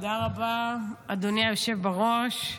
תודה רבה, אדוני היושב בראש.